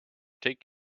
take